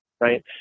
Right